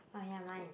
oh ya mine